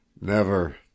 Never